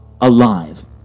alive